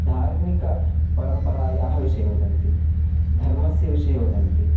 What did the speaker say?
धार्मिकपरम्परायाः विषये वदन्ति धर्मस्य विषये वदन्ति